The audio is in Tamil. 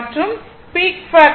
155 மற்றும் பீக் பாக்டர் √3 1